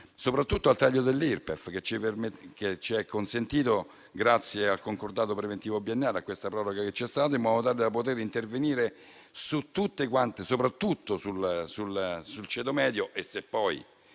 sostegno. Il taglio dell'Irpef ci è consentito grazie al concordato preventivo biennale, alla proroga che c'è stata, in modo tale da poter intervenire soprattutto sul ceto medio. Se poi